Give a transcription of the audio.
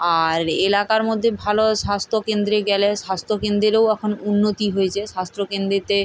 আর এলাকার মধ্যে ভালো স্বাস্থ্য কেন্দ্রে গেলে স্বাস্থ্য কেন্দ্রেরও এখন উন্নতি হয়েছে স্বাস্থ্য কেন্দ্রতে